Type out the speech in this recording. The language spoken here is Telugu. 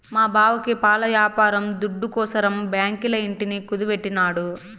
మా బావకి పాల యాపారం దుడ్డుకోసరం బాంకీల ఇంటిని కుదువెట్టినాడు